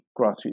grassroots